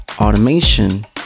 automation